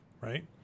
right